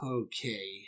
okay